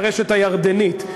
לרשת הירדנית.